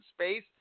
space